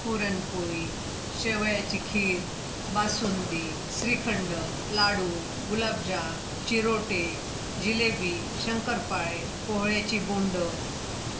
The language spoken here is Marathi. पुरणपोळी शेवयाची खीर बासुंदी श्रीखंड लाडू गुलाबजाम चिरोटे जिलेबी शंकरपाळे कोहळ्याची बोंडं